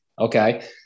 Okay